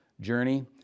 journey